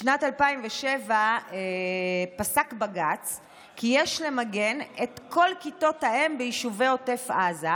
בשנת 2007 פסק בג"ץ כי יש למגן את כל כיתות האם ביישובי עוטף עזה,